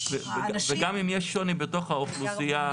וגם אם יש שוני בתוך האוכלוסייה,